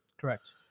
correct